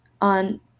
on –